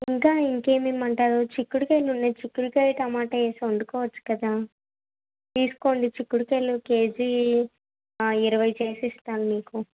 ఇంకా ఇంకేమిమ్మంటారు చిక్కుడుకాయలున్నాయి చిక్కుడుకాయి టొమాటో వేసి వండుకో వచ్చు కదా తీసుకోండి చిక్కుడుకాయలు కేజీ ఇరవై చేసిస్తాను మీకు